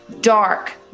dark